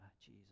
Jesus